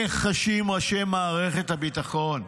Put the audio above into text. איך חשים ראשי מערכת הביטחון,